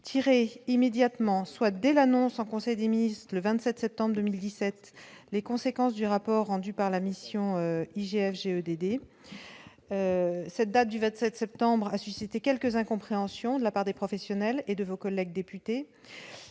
tirer immédiatement soit dès l'annonce en conseil des ministres le 27 septembre 2017, les conséquences du rapport rendu par la mission IGF GED dès cette date du 27 septembre a suscité quelques incompréhensions de la part des professionnels et de vos collègues députés